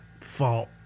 fault